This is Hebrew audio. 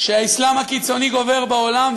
שהאסלאם הקיצוני גובר בעולם,